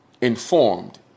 Informed